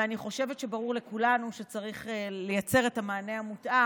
ואני חושבת שברור לכולנו שצריך לייצר את המענה המותאם.